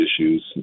issues